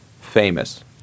famous